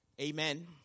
Amen